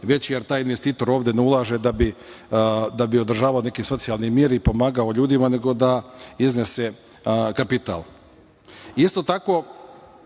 veće, jer taj investitor ovde ne ulaže da bi održavao neki socijalni mir i pomagao ljudima, nego da iznese kapital. Isto tako,